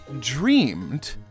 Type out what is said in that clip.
dreamed